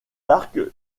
arcs